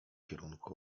kierunku